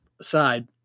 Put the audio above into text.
aside